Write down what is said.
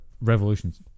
revolutions